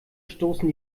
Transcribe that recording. stoßen